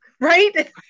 right